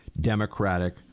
Democratic